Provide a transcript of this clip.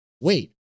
Wait